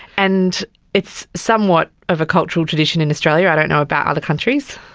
and it's somewhat of a cultural tradition in australia, i don't know about other countries.